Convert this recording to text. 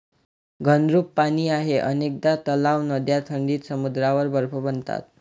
घनरूप पाणी आहे अनेकदा तलाव, नद्या थंडीत समुद्रावर बर्फ बनतात